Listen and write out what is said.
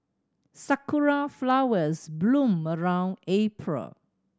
sakura flowers bloom around April